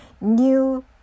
new